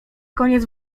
koniec